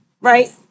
Right